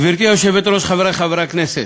גברתי היושבת-ראש, חברי חברי הכנסת,